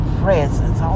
presence